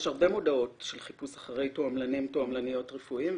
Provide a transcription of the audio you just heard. יש הרבה מודעות של חיפוש אחרי תועמלנים/תועמלניות רפואיים,